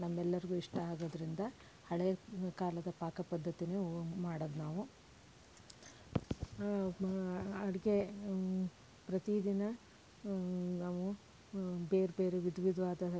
ನಮ್ಮೆಲ್ಲರಿಗೂ ಇಷ್ಟ ಆಗೋದ್ರಿಂದ ಹಳೇ ಕಾಲದ ಪಾಕ ಪದ್ದತಿನೇ ನಾವು ಮಾಡೋದ್ ನಾವು ಅಡುಗೆ ಪ್ರತೀ ದಿನ ನಾವು ಬೇರೆ ಬೇರೆ ವಿಧ ವಿಧವಾದ